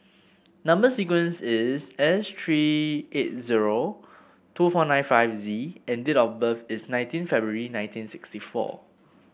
number sequence is S three eight zero two four nine five Z and date of birth is nineteen February nineteen sixty four